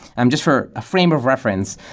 um just for a frame of reference,